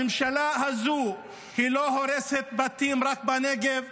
הממשלה הזו לא הורסת בתים רק בנגב,